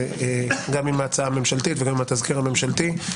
גם עם ההצעה הממשלתית וגם עם התזכיר הממשלתי,